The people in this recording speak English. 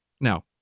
Now